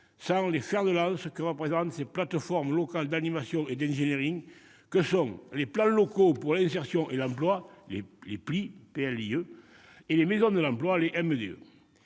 sans les fers de lance que représentent ces plateformes locales d'animation et d'ingénierie que sont les plans locaux pluriannuels pour l'insertion et l'emploi (PLIE) et les maisons de l'emploi (MDE).